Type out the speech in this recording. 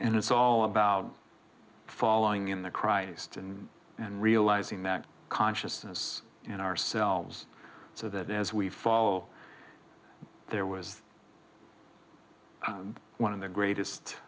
and it's all about following in the christ and and realizing that consciousness in ourselves so that as we fall there was one of the greatest